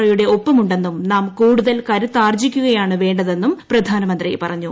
O യുടെ ഒപ്പമുണ്ടെന്നും നാം കൂടുതൽ കരുത്താർജ്ജിക്കുകയാണ് വേണ്ടതെന്നൂറ്റ് പ്ലൂപ്പെടാനമന്ത്രി പറഞ്ഞു